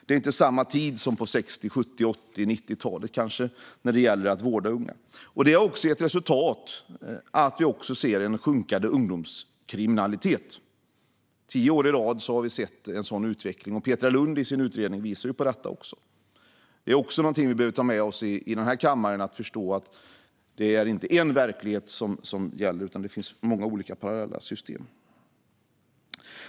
Det är inte samma tid som på 60, 70, 80 och 90-talen när det gäller att vårda unga. Detta har gett resultat genom att vi ser en sjunkande ungdomskriminalitet. Tio år i rad har vi sett en sådan utveckling, och i sin utredning visar Petra Lundh också på detta. Något som vi i denna kammare behöver ta med oss är att förstå att det inte är en verklighet som gäller utan att det finns många olika parallella system.